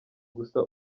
gusa